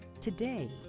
Today